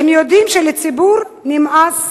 הם יודעים שלציבור נמאס